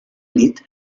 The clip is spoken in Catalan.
nit